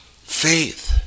Faith